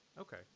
Okay